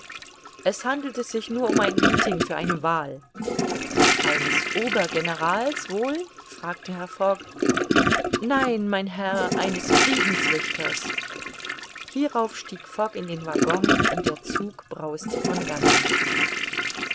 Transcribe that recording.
es handelte sich nur um ein meeting für eine wahl eines obergenerals wohl fragte herr fogg nein mein herr eines friedensrichters hierauf stieg fogg in den waggon und der zug brauste von dannen